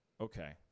Okay